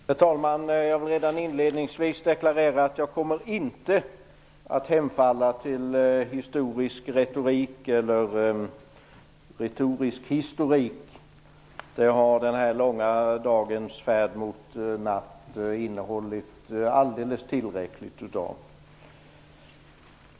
Herr talman! Jag vill redan inledningsvis deklarera att jag inte kommer att hemfalla åt historisk retorik eller retorisk historik. Det har denna långa dags färd mot natt innehållit alldeles tillräckligt av.